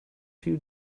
few